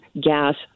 gas